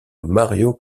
mario